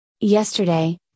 Yesterday